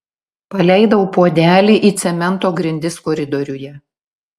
paleidau puodelį į cemento grindis koridoriuje